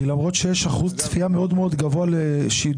כי למרות שיש אחוז צפייה מאוד מאוד גבוה לשידורי